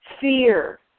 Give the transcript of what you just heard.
fear